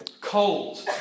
Cold